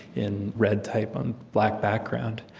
in red type on black background.